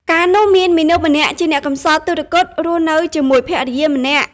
កាលនោះ មានមាណពម្នាក់ជាអ្នកកំសត់ទុគ៌ត រស់នៅជាមួយភរិយាម្នាក់។